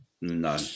No